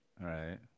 Right